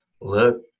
Look